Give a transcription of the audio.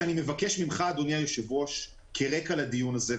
ואני מבקש ממך אדוני היושב ראש כרקע לדיון הזה,